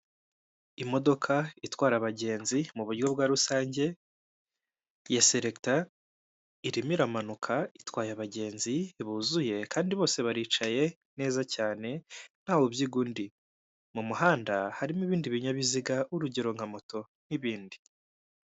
Imodoka itwara abagenzi mu buryo bwa rusange ya seleta, irimo iramanuka itwaye abagenzi buzuye kandi bose baricaye neza cyane ntawe ubyiga undi, mu muhanda harimo ibindi binyabiziga urugero nka moto n'ibindi.